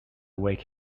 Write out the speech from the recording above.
wake